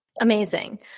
Amazing